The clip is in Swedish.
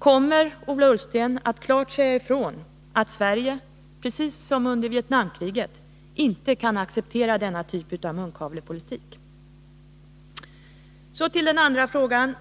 Kommer Ola Ullsten ätt klart säga ifrån att Sverige — precis som under Vietnamkriget — inte kan acceptera denna typ av munkavlepolitik? Så till den andra frågan,